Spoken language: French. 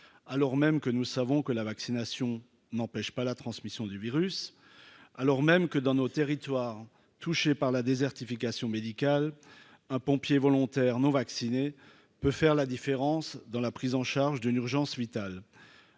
alors même que nous savons que la vaccination n'empêche pas la transmission du virus, alors même que dans nos territoires touchés par la désertification médicale un pompier volontaire non vaccinés, peut faire la différence dans la prise en charge d'une urgence vitale,